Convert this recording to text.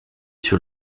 sur